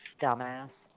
Dumbass